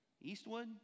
Eastwood